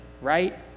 right